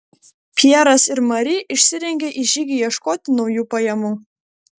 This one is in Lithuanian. pjeras ir mari išsirengė į žygį ieškoti naujų pajamų